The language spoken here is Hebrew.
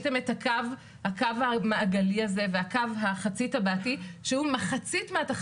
הם עשו הרבה מאוד תהליכים,